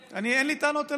לעזור, אין לי טענות אליך.